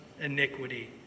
iniquity